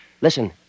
Listen